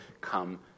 come